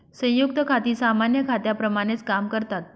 संयुक्त खाती सामान्य खात्यांप्रमाणेच काम करतात